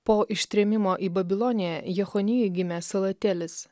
po ištrėmimo į babiloniją jechonijui gimė salatelis